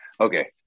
Okay